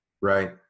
Right